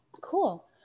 Cool